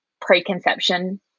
preconception